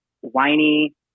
whiny